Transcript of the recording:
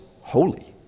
holy